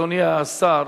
אדוני השר,